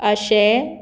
अशें